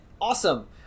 Awesome